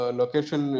location